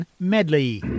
Medley